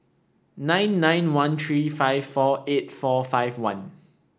nine nine one three five four eight four five one